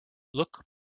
look